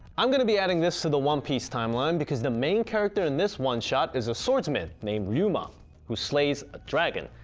i'm gonna be adding this to the one piece timeline because the main character in this oneshot is a swordsman named ryuma who slays a dragon.